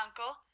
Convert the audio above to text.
uncle